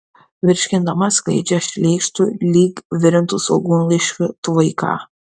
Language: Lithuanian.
virškindama skleidžia šleikštu lyg virintų svogūnlaiškių tvaiką